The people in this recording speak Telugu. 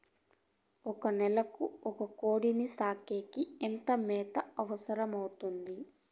ఒక నెలకు ఒక కోడిని సాకేకి ఎంత మేత అవసరమవుతుంది?